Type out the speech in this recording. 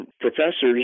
professors